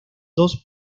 dos